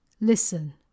Listen